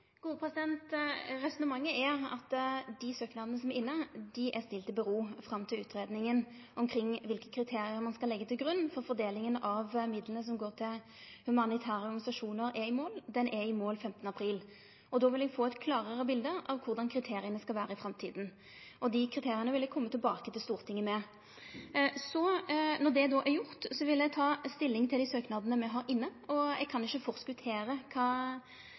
Resonnementet er at dei søknadene som er inne, lèt ein liggje fram til utgreiinga omkring kva for kriterium ein skal leggje til grunn for fordelinga av dei midla som går til humanitære organisasjonar, er i mål. Ho er i mål 15. april. Då vil eg få eit klårare bilde av korleis kriteria skal vere i framtida. Dei kriteria vil eg komme tilbake til Stortinget med. Når det då er gjort, vil eg ta stilling til dei søknadene me har inne. Eg kan ikkje forskottere kva